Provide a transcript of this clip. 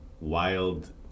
wild